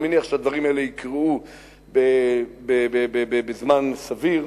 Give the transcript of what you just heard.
אני מניח שהדברים האלה יקרו בזמן סביר.